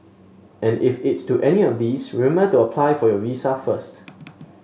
and if it's to any of these remember to apply for your visa first